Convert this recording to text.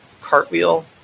cartwheel